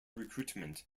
recruitment